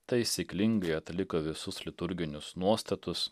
taisyklingai atliko visus liturginius nuostatus